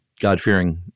God-fearing